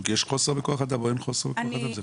יש חוסר בכוח אדם או אין חוסר בכוח אדם?